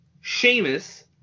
Sheamus